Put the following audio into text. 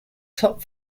top